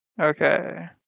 Okay